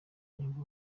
nyungu